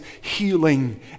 healing